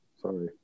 Sorry